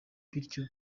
bityo